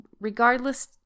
regardless